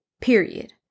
period